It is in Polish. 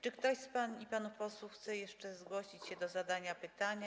Czy ktoś z pań i panów posłów chce jeszcze zgłosić się do zadania pytania?